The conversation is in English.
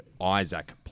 Isaac